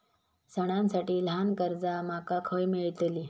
सणांसाठी ल्हान कर्जा माका खय मेळतली?